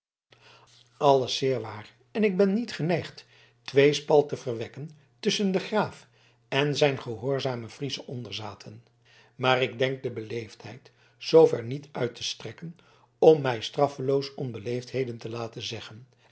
alles zeer waar en ik ben niet geneigd tweespalt te verwekken tusschen den graaf en zijn gehoorzame friesche onderzaten maar ik denk de beleefdheid zoover niet uit te strekken om mij straffeloos onbeleefdheden te laten zeggen